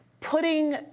putting